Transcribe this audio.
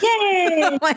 Yay